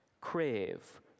crave